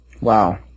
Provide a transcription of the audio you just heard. Wow